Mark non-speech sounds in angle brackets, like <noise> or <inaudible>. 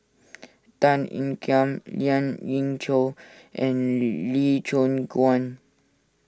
Tan Ean Kiam Lien Ying Chow and <noise> Lee Choon Guan